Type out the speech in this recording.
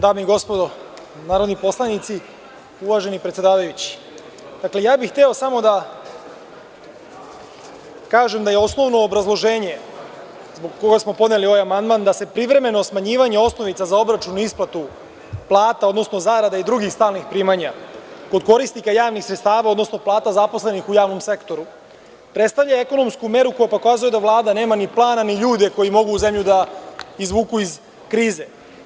Dame i gospodo narodni poslanici, uvaženi predsedavajući, hteo bih samo da kažem da je osnovno obrazloženje zbog koga smo podneli ovaj amandman da se privremeno smanjivanje osnovica za obračun isplata plata, odnosno zarada i drugih stalnih primanja kod korisnika javnih sredstava, odnosno plata zaposlenih javnom sektoru, predstavlja ekonomsku meru koja pokazuje da Vlada nema ni plana ni ljude koji mogu zemlju da izvuku iz krize.